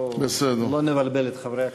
לא נבלבל את חברי הכנסת.